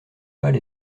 pâle